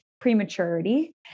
prematurity